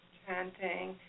chanting